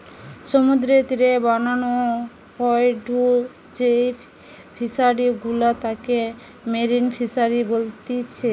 সমুদ্রের তীরে বানানো হয়ঢু যেই ফিশারি গুলা তাকে মেরিন ফিসারী বলতিচ্ছে